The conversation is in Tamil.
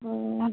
ம்